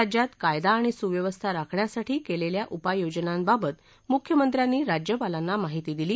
राज्यात कायदा आणि सुव्यवस्था राखण्यासाठी केलेल्या उपाययोजनांबाबत मुख्यमंत्र्यांनी राज्यपालांना माहिती दिली